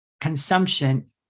consumption